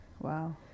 Wow